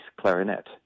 clarinet